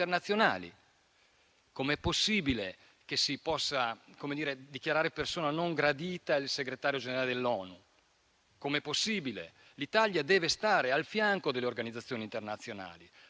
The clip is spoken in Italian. internazionali. Come è possibile che si possa dichiarare persona non gradita il Segretario generale dell'ONU? Come è possibile? L'Italia deve stare al fianco delle organizzazioni internazionali,